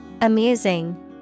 Amusing